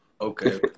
okay